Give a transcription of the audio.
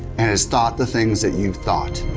and has thought the things that you've thought.